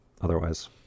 otherwise